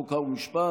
חוק ומשפט,